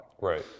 Right